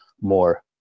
more